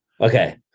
Okay